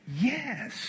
Yes